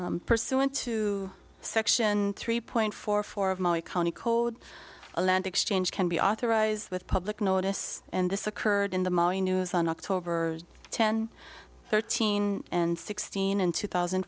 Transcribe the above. areas pursuant to section three point four four of my county code a land exchange can be authorized with public notice and this occurred in the news on october ten thirteen and sixteen in two thousand